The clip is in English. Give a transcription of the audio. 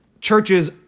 churches